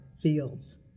fields